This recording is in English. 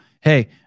hey